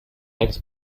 makes